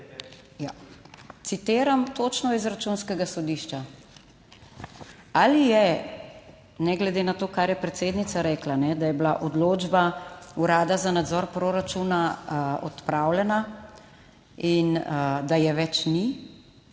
citiram točno iz Računskega sodišča. Ali je, ne glede na to, kar je predsednica rekla, da je bila odločba Urada za nadzor proračuna odpravljena, in da je več ni,